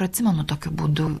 atsimenu tokiu būdu